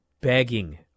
begging